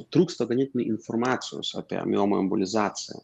trūksta ganėtinai informacijos apie miomų embolizaciją